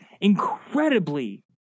incredibly